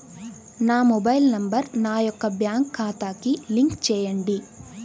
నా mobile number నా యొక్క బ్యాంక్ ఖాతాకి లింక్ చేయండీ?